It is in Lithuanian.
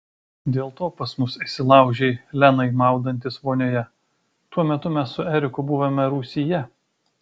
dėl to pas mus įsilaužei lenai maudantis vonioje tuo metu mes su eriku buvome rūsyje